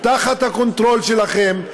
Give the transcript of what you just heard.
תחת הקונטרול שלכם,